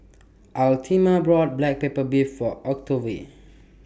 bought Black Pepper Beef For Octavie